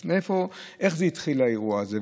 אז מאיפה, איך זה התחיל, האירוע הזה?